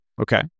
Okay